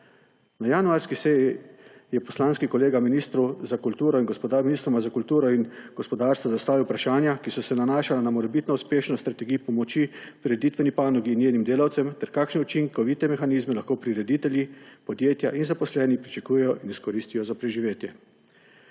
Na januarski seji je poslanski kolega ministroma za kulturo in gospodarstvo zastavil vprašanja, ki so se nanašala na morebitno uspešnost strategij pomoči prireditveni panogi in njenim delavcem ter kakšne učinkovite mehanizme lahko prireditelji, podjetja in zaposleni pričakujejo in izkoristijo za preživetje.